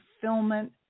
fulfillment